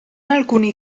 alcuni